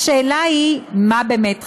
השאלה היא: מה באמת חשוב?